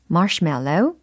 Marshmallow